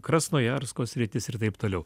krasnojarsko sritis ir taip toliau